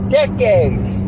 decades